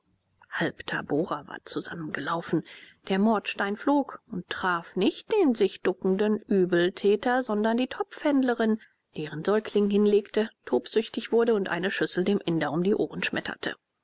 halb tabora war zusammengelaufen der mordstein flog und traf nicht den sich duckenden übeltäter sondern die topfhändlerin die ihren säugling hinlegte tobsüchtig wurde und eine schüssel dem inder um die ohren schmetterte